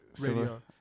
radio